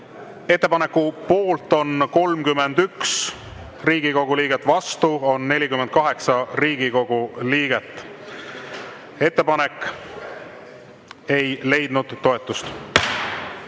Ettepaneku poolt on 31 Riigikogu liiget, vastu on 48 Riigikogu liiget. Ettepanek ei leidnud toetust. Eelnõu